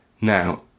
Now